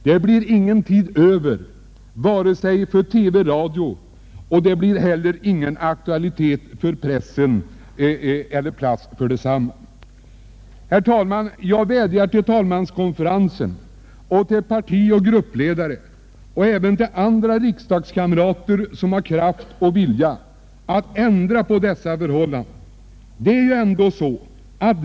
Det blir inget utrymme över i vare sig radio-TV eller pressen. Herr talman! Jag vädjar till talmanskonferensen, till parti och gruppledarna och även till andra riksdagskamrater som har kraft och vilja att ändra på dessa förhållanden.